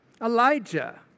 Elijah